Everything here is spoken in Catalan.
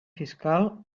fiscal